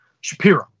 Shapiro